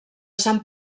sant